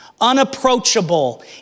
unapproachable